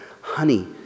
honey